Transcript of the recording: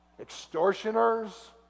extortioners